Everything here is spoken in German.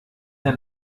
der